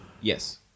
Yes